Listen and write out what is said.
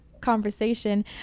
conversation